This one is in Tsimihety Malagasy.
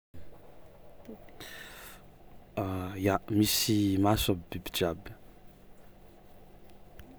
Ya, misy maso aby biby jiaby.